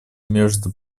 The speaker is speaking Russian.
между